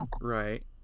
Right